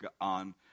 on